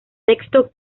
texto